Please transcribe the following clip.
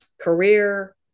career